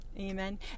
Amen